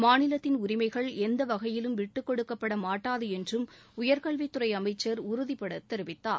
மாநிலத்தின் உரிமைகள் எந்த வகையிலும் விட்டுக்கொடுக்கப்பட மாட்டாது என்றும் உயர்கல்வித் துறை அமைச்சர் உறுதிப்பட தெரிவித்தார்